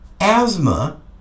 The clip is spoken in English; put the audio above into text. asthma